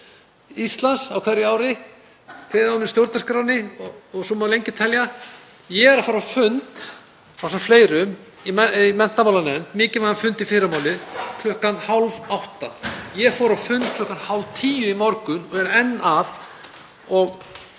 Íslands á hverju ári, kveðið er á um það í stjórnarskránni. Og svo má lengi telja. Ég er að fara á fund ásamt fleirum í menntamálanefnd, mikilvægan fund, í fyrramálið klukkan hálfátta. Ég fór á fund klukkan tíu í morgun og er enn að, og